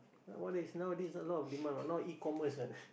what is nowadays a lot of demand what now E-commerce what